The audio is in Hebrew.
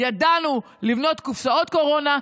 ידענו לבנות קופסאות קורונה,